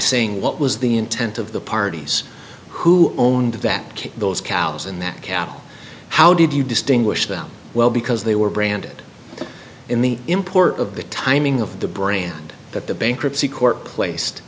saying what was the intent of the parties who owned that those cows in that gap how did you distinguish them well because they were branded in the import of the timing of the brand that the bankruptcy court placed